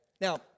Now